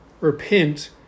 Repent